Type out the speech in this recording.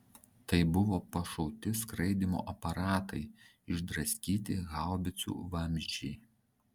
tai buvo pašauti skraidymo aparatai išdraskyti haubicų vamzdžiai